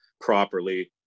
properly